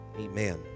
Amen